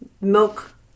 milk